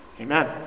Amen